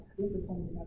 disappointed